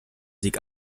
sieg